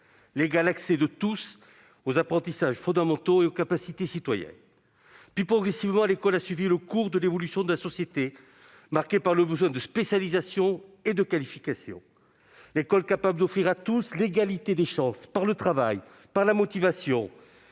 l'égal accès de tous aux apprentissages fondamentaux et aux capacités citoyennes. Puis, progressivement, l'école a suivi le cours de l'évolution de la société, marquée par le besoin de spécialisation et de qualification. L'école capable d'offrir à tous l'égalité des chances par le travail, par la motivation